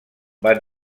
van